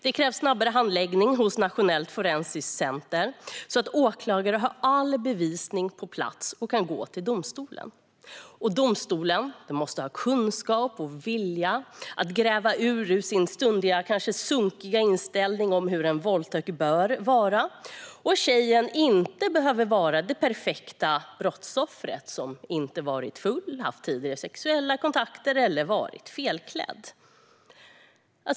Det krävs snabbare handläggning hos Nationellt forensiskt centrum, så att åklagare har all bevisning på plats och kan gå till domstol. Domstolen måste ha kunskap och vilja att gräva ur sin stundtals kanske sunkiga inställning till hur en våldtäkt bör vara. Tjejen behöver inte vara det perfekta brottsoffret - inte ha varit full, inte ha haft tidigare sexuella kontakter och inte ha varit fel klädd.